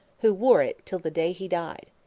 who wore it till the day he died.